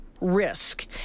risk